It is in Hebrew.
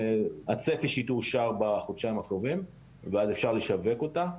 הצפי הוא שהיא תאושר בחודשיים הקרובים ואז אפשר יהיה לשווק אותה.